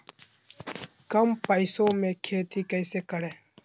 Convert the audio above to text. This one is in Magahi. कम पैसों में खेती कैसे करें?